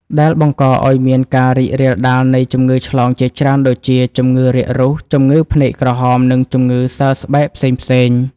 ដែលបង្កឱ្យមានការរីករាលដាលនៃជំងឺឆ្លងជាច្រើនដូចជា ជំងឺរាគរូស ជំងឺភ្នែកក្រហម និងជំងឺសើស្បែកផ្សេងៗ។